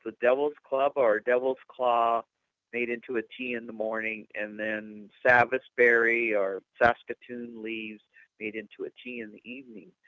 devil's club or devil's claw made into a tea in the morning and then sabbath berry or saskatoon leaves made into a tea in the evening.